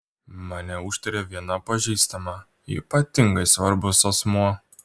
mane užtarė viena pažįstama ypatingai svarbus asmuo